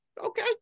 okay